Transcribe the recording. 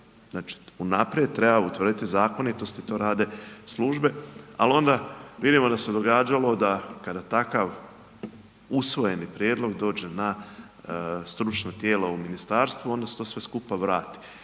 Znači unaprijed treba utvrditi zakonitost i to rade službe, ali onda vidimo da se događalo da kada takav usvojeni prijedlog dođe na stručno tijelo u ministarstvo onda se to sve skupa vrati.